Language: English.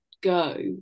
go